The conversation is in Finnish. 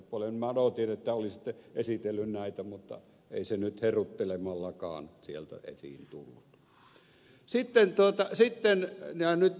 minä odotin että olisitte esitellyt näitä mutta ei se nyt heruttelemallakaan sieltä esiin tullut